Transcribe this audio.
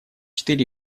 четыре